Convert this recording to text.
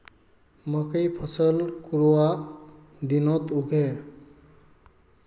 मकई फसल कुंडा दिनोत उगैहे?